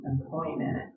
employment